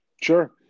Sure